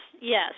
yes